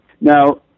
Now